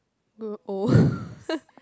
grow old